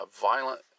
violent